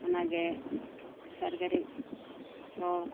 ᱚᱱᱟᱜᱮ ᱥᱟᱨᱟᱜᱷᱟᱹᱲᱤ ᱨᱚᱲ